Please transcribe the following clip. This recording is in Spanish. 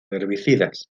herbicidas